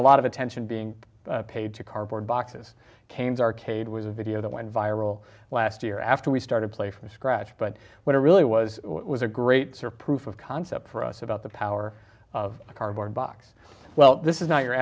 a lot of attention being paid to cardboard boxes canes arcade was a video that went viral last year after we started play from scratch but what it really was was a great surprise of concept for us about the power of a cardboard box well this is not your